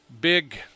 big